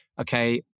okay